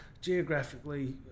Geographically